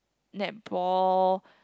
netball